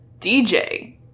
DJ